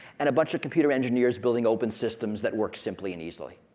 and a bunch of computer engineers building open systems that work simply and easily.